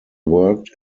worked